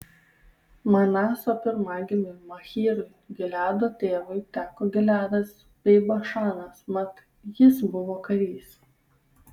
manaso pirmagimiui machyrui gileado tėvui teko gileadas bei bašanas mat jis buvo karys